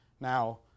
now